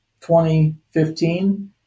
2015